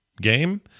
game